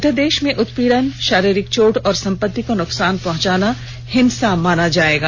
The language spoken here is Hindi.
अध्यादेश में उत्पीडन शारीरिक चोट और संपत्ति को नुकसान पहुंचाना हिंसा माना जाएगा